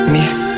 Miss